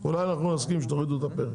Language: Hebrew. אולי אנחנו נסכים שתורידו את הפרק,